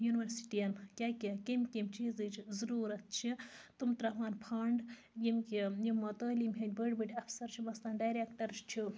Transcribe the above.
university یَن کیٛاہ کیٛاہ کٔمۍ کٔمۍ چیٖزٕچ ضُروٗرَت چھِ تم تراوٕہَن فنٛڈ ییٚمہِ کہ یِمَو تعلیٖم ہنٛدۍ بٔڑۍ بٔڑۍ افسَر چھِ بسان ڈَریکٹر چھِ